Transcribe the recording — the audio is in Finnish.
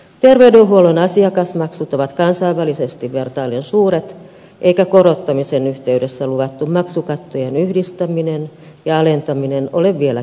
terveydenhuollon asiakasmaksut ovat kansainvälisesti vertaillen suuret eikä korottamisen yhteydessä luvattu maksukattojen yhdistäminen ja alentaminen ole vieläkään toteutunut